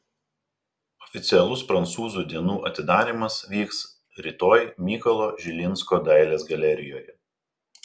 oficialus prancūzų dienų atidarymas vyks rytoj mykolo žilinsko dailės galerijoje